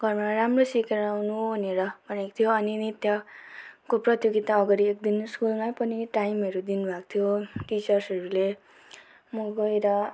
घरमा राम्रो सिकेर आउनु भनेर भनिएको थियो अनि नृत्यको प्रतियोगिता अगाडि एक दिन स्कुलमै पनि टाइमहरू दिनुभएको थियो टिचर्सहरूले म गएर